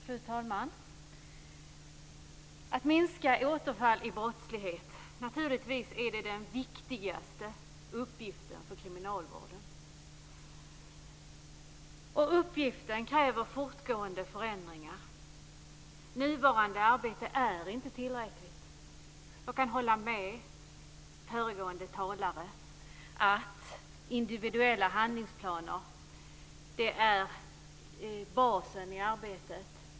Fru talman! Att minska återfallen i brottslighet är naturligtvis den viktigaste uppgiften för kriminalvården. Uppgiften kräver fortgående förändringar. Nuvarande arbete är inte tillräckligt. Jag kan hålla med föregående talare om att individuella handlingsplaner är basen i arbetet.